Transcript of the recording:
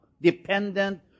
dependent